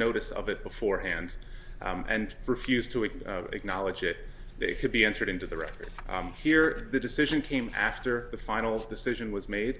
notice of it beforehand and refused to even acknowledge it they could be entered into the record here the decision came after the final decision was made